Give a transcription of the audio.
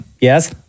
Yes